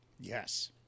Yes